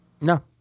No